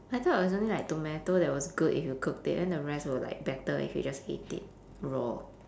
I thought it was only like tomato that was good if you cooked it then the rest was like better if you just ate it raw